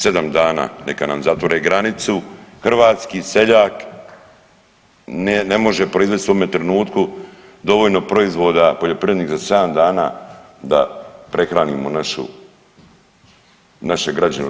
7 dana neka nam zatvore granicu, hrvatski seljak ne može proizvesti u ovome trenutku dovoljno proizvoda poljoprivrednih za 7 dana da prehranimo naše građane u RH.